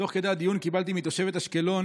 תוך כדי הדיון קיבלתי מתושבת אשקלון